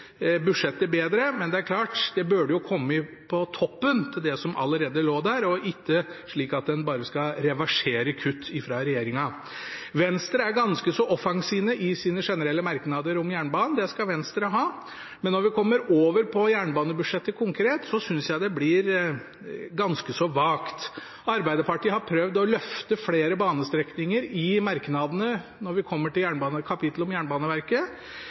budsjettet bedre. Men det er klart, det burde kommet på toppen av det som allerede lå der, og ikke at man bare skal reversere kutt fra regjeringen. Venstre er ganske så offensive i sine generelle merknader om jernbanen. Det skal Venstre ha. Men når vi kommer over på jernbanebudsjettet konkret, synes jeg det blir ganske så vagt. Arbeiderpartiet har prøvd å løfte flere banestrekninger i merknadene når vi kommer til kapittelet om Jernbaneverket: